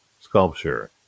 sculpture